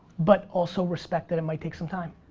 but also respect that it might take some time.